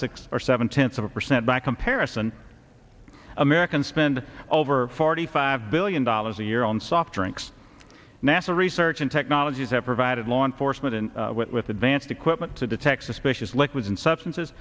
six or seven tenths of a percent by comparison americans spend over forty five billion dollars a year on soft drinks nasa research and technologies have provided law enforcement with advanced equipment to detect suspicious liquids and substances